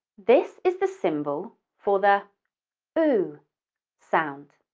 this is the symbol for the oo sound.